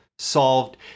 solved